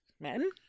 men